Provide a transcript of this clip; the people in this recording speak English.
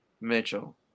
Mitchell